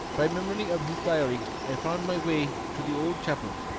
by memory of his diary i found my way to the old chapel,